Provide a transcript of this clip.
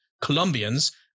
Colombians